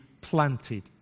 planted